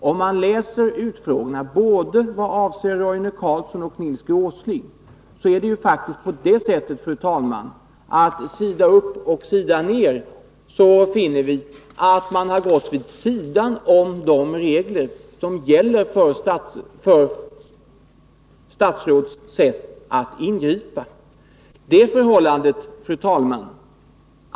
Om man läser utfrågningarna, både vad avser Roine Carlsson och Nils G. Åsling, finner man, fru talman, sida upp och sida ner att man gått vid sidan om de regler som gäller för statsråds sätt att ingripa. Fru talman!